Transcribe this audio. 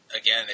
again